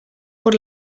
por